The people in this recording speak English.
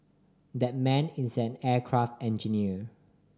that man is an aircraft engineer